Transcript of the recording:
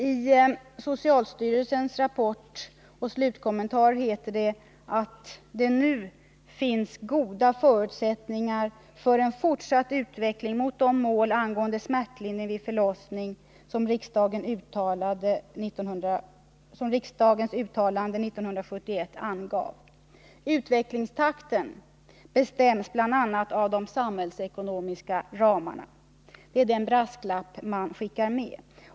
I slutkommentaren i socialstyrelsens rapport heter det att det nu finns ”goda förutsättningar för en fortsatt utveckling mot de mål angående smärtlindring vid förlossning som riksdagens uttalande 1971 angav. Utvecklingstakten bestäms bl.a. av de samhällsekonomiska ramarna.” Det är den brasklapp man skickar med.